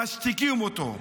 משתיקים אותו.